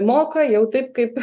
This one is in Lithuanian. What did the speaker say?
moka jau taip kaip